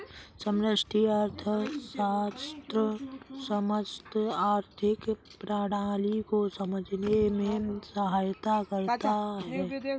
समष्टि अर्थशास्त्र समस्त आर्थिक प्रणाली को समझने में सहायता करता है